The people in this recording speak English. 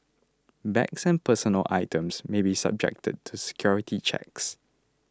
bags and personal items may be subjected to security checks